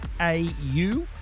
AU